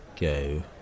go